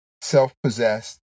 self-possessed